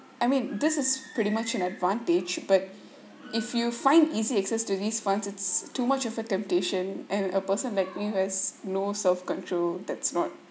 I mean this is pretty much an advantage but if you find easy access to these funds it's too much of a temptation and a person like me who has no self control that's not